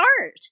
art